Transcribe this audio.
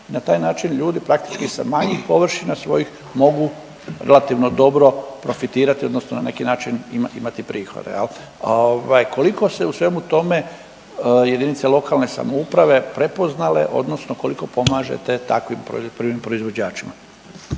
na taj način ljudi praktički sa manjih površina svojih mogu relativno dobro profitirati odnosno na neki način imati, imati prihode, jel. Ovaj, koliko su se u svemu tome JLS prepoznale odnosno koliko pomažete takvim poljoprivrednim proizvođačima?